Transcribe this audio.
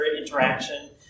interaction